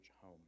home